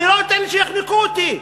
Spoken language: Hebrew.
אני לא אתן שיחנקו אותי.